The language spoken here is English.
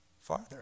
farther